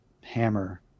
hammer